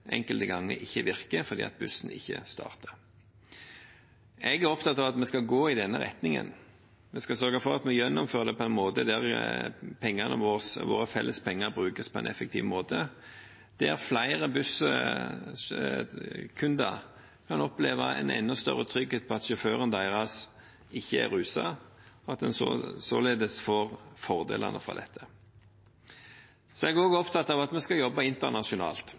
enkelte ganger ikke virker fordi bussen ikke starter. Jeg er opptatt av at vi skal gå i denne retningen. Vi skal sørge for at vi gjennomfører det på en måte der våre felles penger brukes effektivt, og der flere busskunder kan oppleve en enda større trygghet på at sjåføren deres ikke er ruset, og at en således får fordelene av dette. Jeg er også opptatt av at vi skal jobbe internasjonalt,